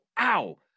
Ow